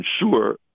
ensure